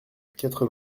quatre